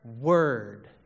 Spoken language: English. word